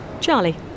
Charlie